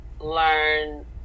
learn